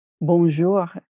Bonjour